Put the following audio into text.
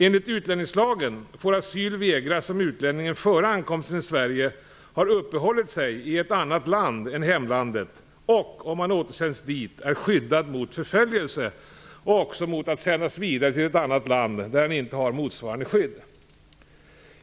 Enligt utlänningslagen får asyl vägras om utlänningen före ankomsten till Sverige har uppehållit sig i ett annat land än hemlandet och, om han återsänds dit, är skyddad mot förföljelse och också mot att sändas vidare till ett annat land där han inte har motsvarande skydd.